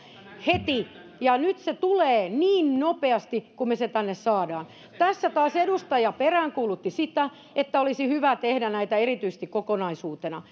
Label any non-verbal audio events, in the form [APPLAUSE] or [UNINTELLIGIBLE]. heti ja nyt se tulee niin nopeasti kuin me sen tänne saamme tässä taas edustaja peräänkuulutti sitä että olisi hyvä tehdä näitä erityisesti kokonaisuutena [UNINTELLIGIBLE]